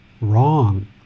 Wrong